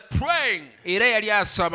praying